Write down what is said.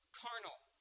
carnal